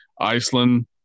Iceland